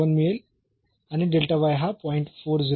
41 मिळेल आणि हा 0